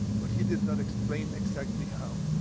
but he did not explain exactly how.